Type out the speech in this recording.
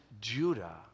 Judah